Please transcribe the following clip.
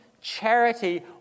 charity